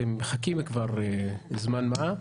אתם מחכים כבר זמן מה.